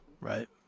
right